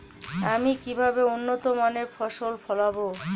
আমি কিভাবে উন্নত মানের ফসল ফলাবো?